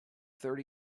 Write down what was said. thirty